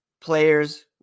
players